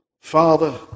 Father